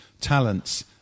talents